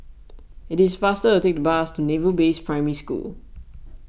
it is faster to take the bus to Naval Base Primary School